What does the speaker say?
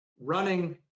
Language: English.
running